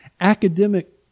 academic